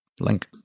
link